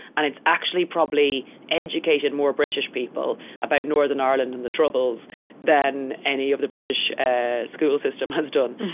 and it's actually probably educated more british people about northern ireland and the troubles than any of the british school system has done.